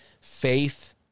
faith